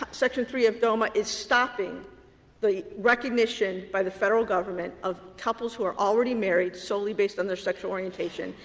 section three of doma is stopping the recognition by the federal government of couples who are already married, solely based on their sexual orientation,